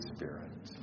Spirit